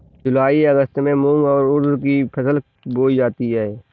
जूलाई अगस्त में मूंग और उर्द की फसल बोई जाती है